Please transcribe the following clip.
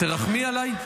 תרחמי עליי?